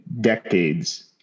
decades